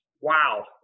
wow